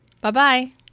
Bye-bye